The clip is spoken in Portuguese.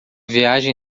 viagem